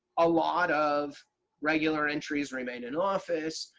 a lot of regular entries remain in office.